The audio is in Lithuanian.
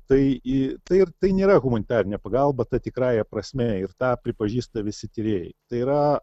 tai į tai ir tai nėra humanitarinė pagalba ta tikrąja prasme ir tą pripažįsta visi tyrėjai tai yra